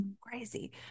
crazy